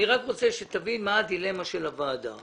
אני רק רוצה שתבין מה הדילמה של הוועדה.